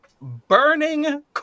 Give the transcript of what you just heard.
burning